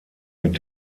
mit